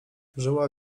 żyła